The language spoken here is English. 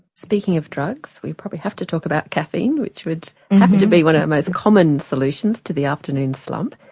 speaking of drugs we probably have to talk about caffeine, which would have to be one of the most common solutions to the afternoon slump.